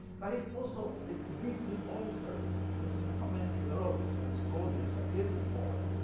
but it's also it's deeply altered because the romance of the rose, which is an extraordinary satirical poem,